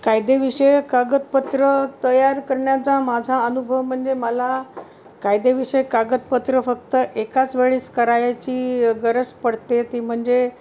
कायदेविषयक कागदपत्र तयार करण्याचा माझा अनुभव म्हणजे मला कायदेविषयक कागदपत्र फक्त एकाच वेळेस करायची गरज पडते ती म्हणजे